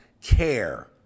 care